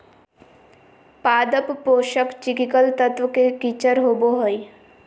पादप पोषक चिकिकल तत्व के किचर होबो हइ